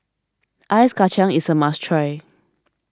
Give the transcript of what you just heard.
Ice Kachang is a must try